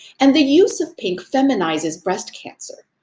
and the use of pink feminizes breast cancer.